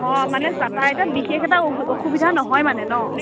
অ মানে যাতায়তত বিশেষ এটা অ অসুবিধা নহয় মানে ন'